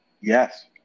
Yes